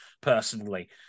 personally